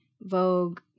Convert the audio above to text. Vogue